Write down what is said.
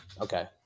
okay